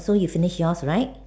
so you finish yours right